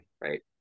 right